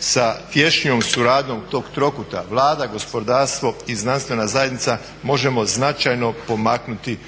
sa tješnjom suradnjom tog trokuta Vlada, gospodarstvo i znanstvena zajednica možemo značajno pomaknuti